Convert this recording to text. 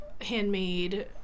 handmade